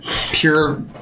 Pure